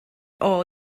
all